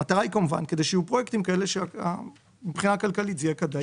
המטרה היא כמובן כדי שיהיו פרויקטים כאלה שמבחינה כלכלית זה יהיה כדאי.